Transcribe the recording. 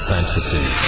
Fantasy